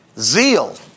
zeal